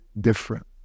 different